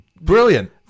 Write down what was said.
Brilliant